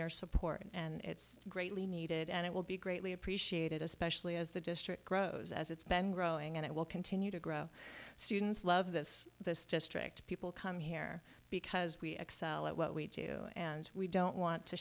your support and it's greatly needed and it will be greatly appreciated especially as the district grows as it's been growing and it will continue to grow students love this this district people come here because we excel at what we do and we don't want to